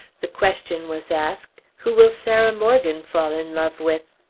the question was asked, who will sarah morgan fall in love with?